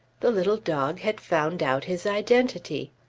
the little dog had found out his identity!